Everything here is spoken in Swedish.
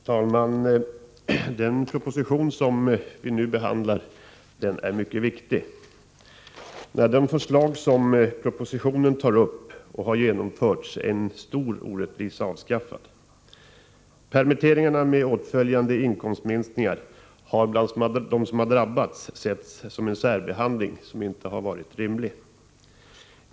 Herr talman! Den proposition som vi nu behandlar är mycket viktig. När de förslag som propositionen tar upp har genomförts innebär det att en stor orättvisa avskaffas. Permitteringarna med åtföljande inkomstminskningar har bland dem som drabbats setts som en särbehandling som inte har varit rimlig.